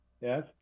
yes